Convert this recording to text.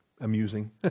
amusing